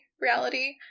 reality